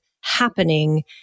happening